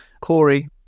Corey